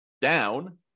down